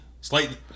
slightly